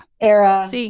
era